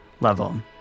level